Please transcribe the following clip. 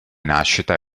nascita